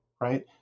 right